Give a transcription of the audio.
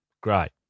Great